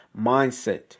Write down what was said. mindset